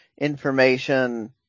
information